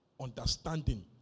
understanding